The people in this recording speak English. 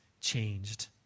changed